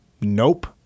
Nope